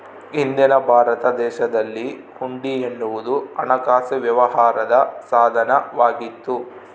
ಹಿಂದಿನ ಭಾರತ ದೇಶದಲ್ಲಿ ಹುಂಡಿ ಎನ್ನುವುದು ಹಣಕಾಸು ವ್ಯವಹಾರದ ಸಾಧನ ವಾಗಿತ್ತು